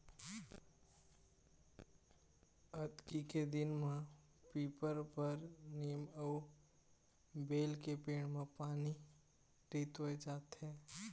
अक्ती के दिन म पीपर, बर, नीम अउ बेल के पेड़ म पानी रितोय जाथे